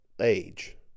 age